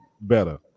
better